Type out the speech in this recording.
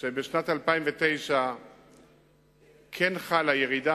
שבשנת 2009 כן חלה ירידה,